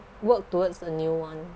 walk towards a new one